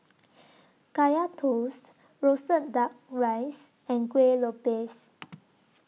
Kaya Toast Roasted Duck Rice and Kueh Lopes